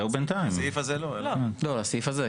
לסעיף הזה לא, לא היום.